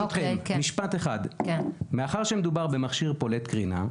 ברשותכם: מאחר שמדובר במכשיר פולט קרינה,